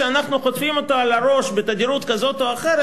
כשאנחנו חוטפים על הראש בתדירות כזאת או אחרת,